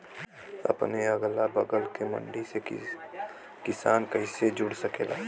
अपने अगला बगल के मंडी से किसान कइसे जुड़ सकेला?